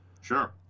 Sure